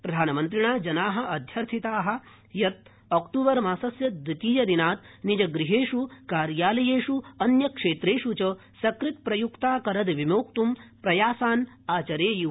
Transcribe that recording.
प्रधानमन्त्रिणा जना अध्यर्थिता यत् ऑक्टूबर मासस्य द्वितीयदिनात् निजगृहेष् कार्यालयेष् अन्यक्षेत्रेष् च सकृत्प्रयुक्ता करदविमोक्त् प्रयासान् आचरेयु